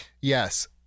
Yes